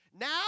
Now